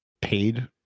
paid